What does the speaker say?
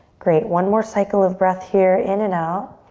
great, one more cycle of breath here in and out.